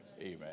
Amen